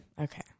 Okay